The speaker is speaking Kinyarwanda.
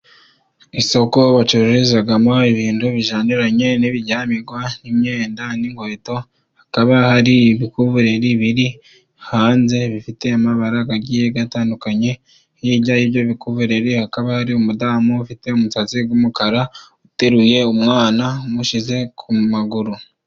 Isoko bacuruzamo ibintu bijyaniranye n'ibiryamirwa, imyenda n'inkweto hakaba hari, ibikuvureri biri hanze bifite amabara agiye atandukanye, hirya y'ibyo bikuvureri hakaba hari umudamu ufite umusatsi w'umukara, uteruye umwana umushyize ku maguru.